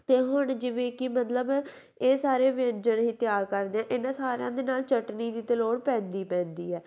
ਅਤੇ ਹੁਣ ਜਿਵੇਂ ਕਿ ਮਤਲਬ ਇਹ ਸਾਰੇ ਵਿਅੰਜਨ ਅਸੀਂ ਤਿਆਰ ਕਰਦੇ ਆ ਇਹਨਾਂ ਸਾਰਿਆਂ ਦੇ ਨਾਲ ਚਟਨੀ ਦੀ ਅਤੇ ਲੋੜ ਪੈਂਦੀ ਪੈਂਦੀ ਹੈ